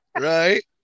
right